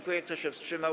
Kto się wstrzymał?